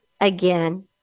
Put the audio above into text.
again